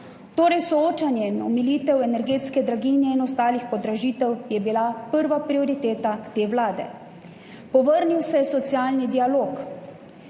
Torej, soočenje in omilitev energetske draginje in ostalih podražitev je bila prva prioriteta te vlade. Povrnil se je socialni dialog.